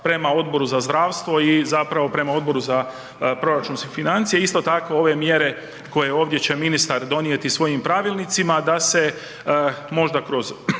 prema Odboru za zdravstvo i zapravo prema Odboru za proračunske financije. Isto tako ove mjere koje ovdje će ministar donijeti svojim pravilnicima da se možda kroz